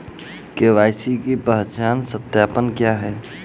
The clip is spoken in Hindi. के.वाई.सी पहचान सत्यापन क्या है?